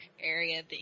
area